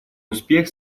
успех